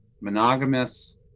monogamous